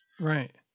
Right